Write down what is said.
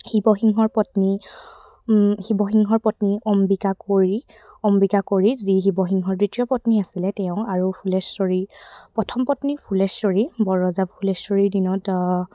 শিৱসিংহৰ পত্নী শিৱসিংহৰ পত্নী অম্বিকা কোঁৱৰি অম্বিকা কোঁৱৰি যি শিৱসিংহৰ দ্বিতীয় পত্নী আছিলে তেওঁ আৰু ফুলেশ্বৰীৰ প্ৰথম পত্নী ফুলেশ্বৰী বৰজা ফুলেশ্বৰীৰ দিনত